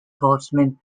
boltzmann